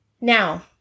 Now